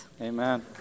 Amen